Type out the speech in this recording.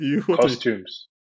costumes